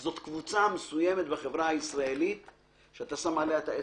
זאת קבוצה מסוימת בחברה הישראלית שאתה שם עליה את האצבע.